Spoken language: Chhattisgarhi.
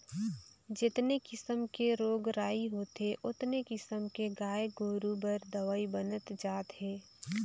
जेतने किसम के रोग राई होथे ओतने किसम के गाय गोरु बर दवई बनत जात हे